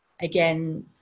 again